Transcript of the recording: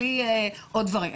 בלי עוד דברים,